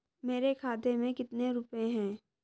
मेरे खाते में कितने रुपये हैं?